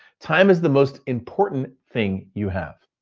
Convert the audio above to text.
time is the most important thing you have.